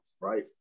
Right